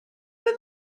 been